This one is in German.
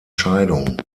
scheidung